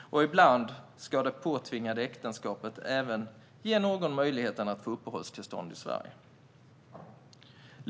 Ibland ska det påtvingade äktenskapet även ge någon möjligheten att få uppehållstillstånd i Sverige.